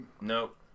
nope